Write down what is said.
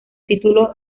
título